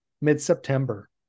mid-September